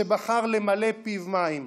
שבחר למלא פיו מים.